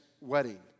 wedding